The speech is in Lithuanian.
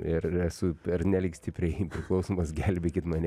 ir esu pernelyg stipriai priklausomas gelbėkit mane